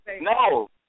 no